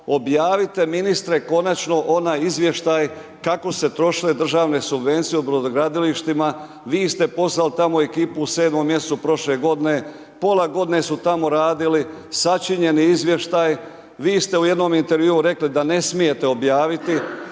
objavite ministre konačno onaj izvještaj kako se troše državne subvencije u Brodogradilištima, vi ste poslali tamo ekipu u 7 mjesecu prošle godine, pola godine su tamo radili, sačinjen je izvještaj, vi ste u jednom intervjuu rekli da ne smijete objaviti,